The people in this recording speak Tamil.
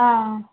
ஆ